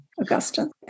Augustine